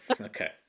Okay